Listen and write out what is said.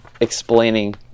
explaining